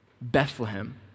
Bethlehem